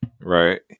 Right